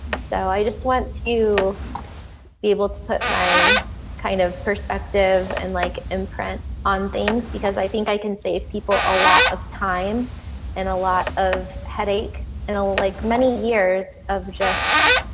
so i just want to be able to put my kind of perspective and like imprint on things because i think i can save people a lot of time and a lot of headache and like many years of just